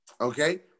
Okay